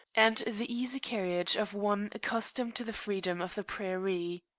and the easy carriage of one accustomed to the freedom of the prairie.